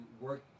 work